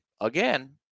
again